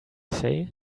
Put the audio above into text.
say